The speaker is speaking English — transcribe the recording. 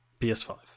PS5